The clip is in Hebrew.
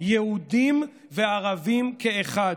יהודים וערבים כאחד.